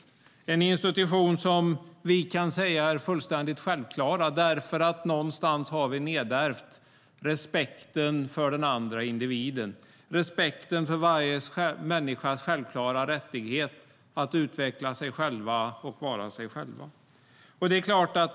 Det är en institution som vi kan säga är fullständigt självklar, därför att någonstans har vi nedärvt respekten för den andra individen, respekten för varje människas självklara rättighet att utveckla sig själv och vara sig själv.